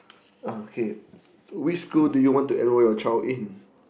uh okay which school do you want to enroll your child in